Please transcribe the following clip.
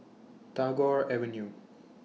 Tagore Avenue